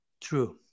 true